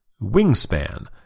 Wingspan